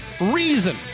reason